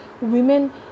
women